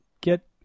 get